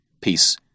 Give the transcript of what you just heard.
peace